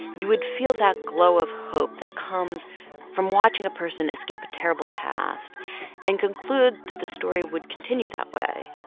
you would feel that glow of hope that comes from watching a person escape a terrible past and conclude that the story would continue that way.